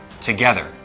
together